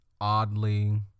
oddly